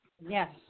Yes